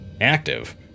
active